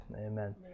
Amen